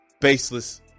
Baseless